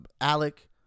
Alec